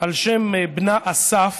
על שם בנה אסף,